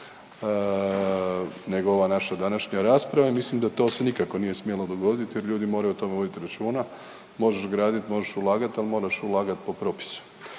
nego ova naša današnja rasprava i mislim da to se nikako nije smjelo dogodit jer ljudi moraju o tom vodit računa, možeš gradit, možeš ulagat, al moraš ulagat po propisu.